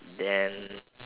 then